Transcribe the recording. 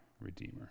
redeemer